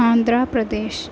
Andhra Pradesh